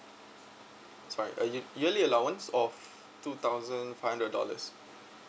sorry a year yearly allowance of two thousand five hundred dollars